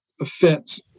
offense